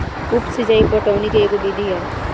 उप सिचाई पटवनी के एगो विधि ह